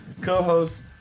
Co-host